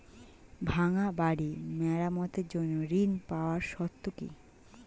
ভাঙ্গা বাড়ি মেরামতের জন্য ঋণ পাওয়ার শর্ত কি?